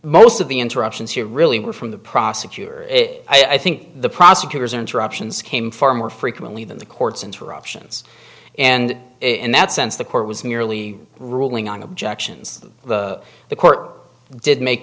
most of the interruptions here really were from the prosecutor it i think the prosecutors interruptions came far more frequently than the court's interruptions and in that sense the court was merely ruling on objections the the court did make